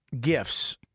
gifts